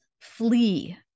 flee